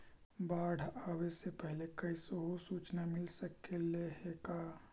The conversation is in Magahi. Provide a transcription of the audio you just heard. बाढ़ आवे से पहले कैसहु सुचना मिल सकले हे का?